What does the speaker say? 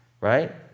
Right